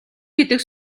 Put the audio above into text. гэдэг